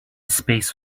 space